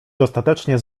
dostatecznie